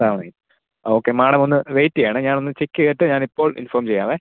Sawan eight okay madam ഒന്ന് wait ചെയ്യണേ ഞാനൊന്ന് ചെക്ക് ചെയ്തിട്ട് ഞാനിപ്പോൾ ഇൻഫോം ചെയ്യാമേ